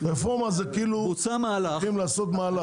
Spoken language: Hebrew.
בוצע מהלך.